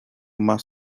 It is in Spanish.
más